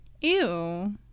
Ew